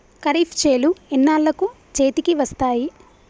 ఖరీఫ్ చేలు ఎన్నాళ్ళకు చేతికి వస్తాయి?